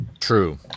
true